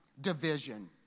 Division